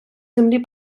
землі